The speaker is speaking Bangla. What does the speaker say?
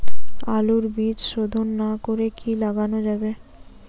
আলুর বীজ শোধন না করে কি লাগানো যাবে?